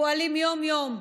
פועלים יום-יום,